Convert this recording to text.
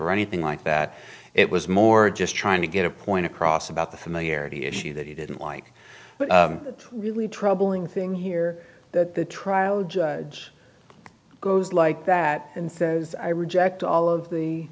or anything like that it was more just trying to get a point across about the familiarity issue that he didn't like but really troubling thing here that the trial judge goes like that and says i reject all of the